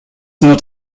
not